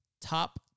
Top